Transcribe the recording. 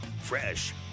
fresh